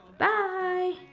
bye!